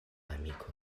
amiko